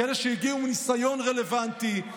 כאלה שהגיעו עם ניסיון רלוונטי,